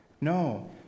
no